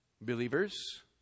believers